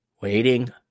waiting